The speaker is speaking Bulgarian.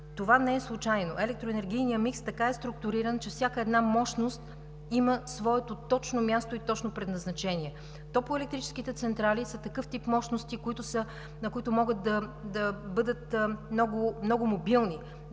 Това не е случайно. Електроенергийният микс така е структуриран, че всяка една мощност има своето точно място и точно предназначение. Топлоелектрическите централи са такъв тип мощности, които могат да бъдат много мобилни.